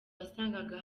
wasangaga